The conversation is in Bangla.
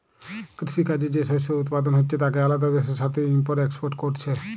কৃষি কাজে যে শস্য উৎপাদন হচ্ছে তাকে আলাদা দেশের সাথে ইম্পোর্ট এক্সপোর্ট কোরছে